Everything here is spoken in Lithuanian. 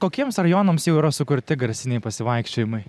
kokiems rajonams jau yra sukurti garsiniai pasivaikščiojimai